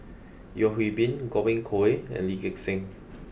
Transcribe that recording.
Yeo Hwee Bin Godwin Koay and Lee Gek Seng